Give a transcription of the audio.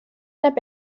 näeb